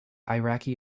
iraqi